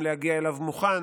גם להגיע אליו מוכן